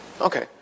Okay